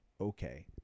okay